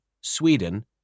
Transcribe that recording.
Sweden